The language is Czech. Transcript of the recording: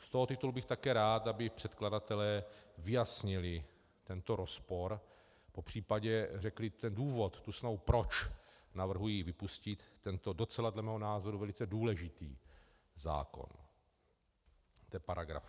Z toho titulu bych také rád, aby předkladatelé vyjasnili tento rozpor, popř. řekli důvod, tu snahu, proč navrhují vypustit tento docela dle mého názoru velice důležitý paragraf.